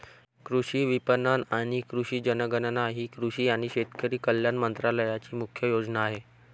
कृषी विपणन आणि कृषी जनगणना ही कृषी आणि शेतकरी कल्याण मंत्रालयाची मुख्य योजना आहे